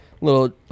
little